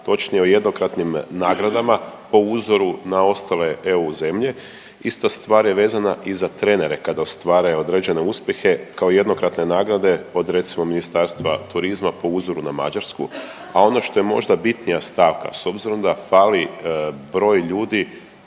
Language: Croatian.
Točnije o jednokratnim nagradama po uzoru na ostale EU zemlje. Ista stvar je vezana i za trenere kad ostvare određene uspjehe kao jednokratne nagrade od recimo Ministarstva turizma po uzoru na Mađarsku. A ono što je možda bitnija stavka, s obzirom da fali broj ljudi